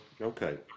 Okay